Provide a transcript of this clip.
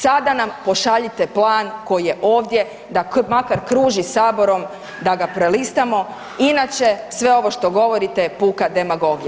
Sada nam pošaljite plan koji je ovdje da makar kruži Saborom da ga prelistamo, inače sve ovo što govorite je puka demagogija.